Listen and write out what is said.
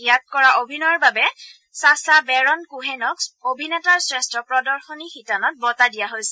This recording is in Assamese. ইয়াত কৰা অভিনয়ৰ বাবে চাচা বেৰন কোহেনক অভিনেতাৰ শ্ৰেষ্ঠ প্ৰদশনী শিতানত বঁটা দিয়া হৈছে